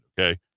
Okay